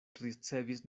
ricevis